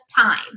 time